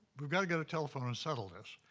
we we gotta get a telephone and settle this.